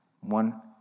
One